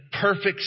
perfect